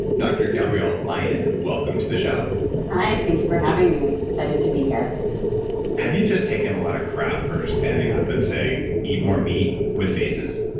dr. gabrielle lyon, welcome to the show hi, thank you for having me. excited to be here have you just taken a lot of crap for standing up and saying, eat more meat with faces?